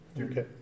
Okay